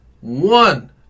one